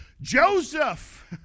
Joseph